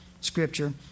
scripture